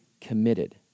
committed